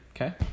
Okay